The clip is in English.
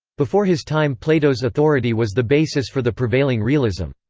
before his time plato's authority was the basis for the prevailing realism.